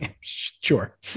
Sure